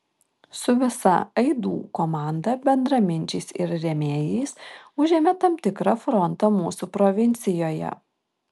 su visa aidų komanda bendraminčiais ir rėmėjais užėmė tam tikrą frontą mūsų provincijoje